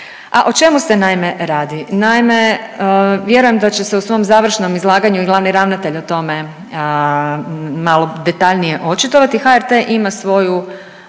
A o čemu se naime radi? Naime, vjerujem da će se u svom završnom izlaganju i glavani ravnatelj o tome malo detaljnije očitovati, HRT ima svoju